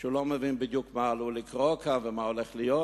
שהוא לא מבין בדיוק מה עלול לקרות כאן ומה הולך להיות,